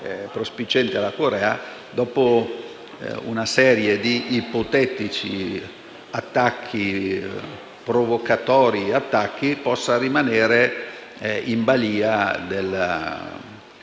prospiciente alla Corea, dopo una serie di ipotetici attacchi provocatori, possa rimanere in balia del